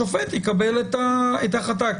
השופט יקבל את ההחלטה.